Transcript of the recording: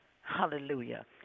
Hallelujah